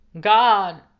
God